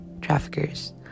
traffickers